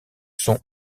sont